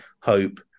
hope